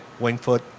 Wingfoot